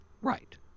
Right